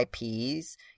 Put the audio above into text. IPs